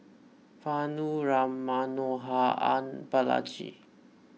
Vanu Ram Manohar and Balaji